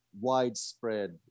widespread